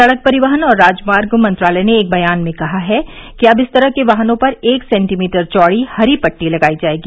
सड़क परिवहन और राजमार्ग मंत्रालय ने एक बयान में कहा है कि अब इस तरह के वाहनों पर एक सेंटीमीटर चौड़ी हरी पट्टी लगाई जाएगी